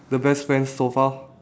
the best friend so far